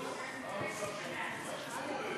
אדוני.